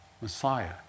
Messiah